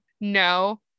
No